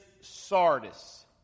Sardis